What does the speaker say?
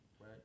right